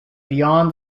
beyond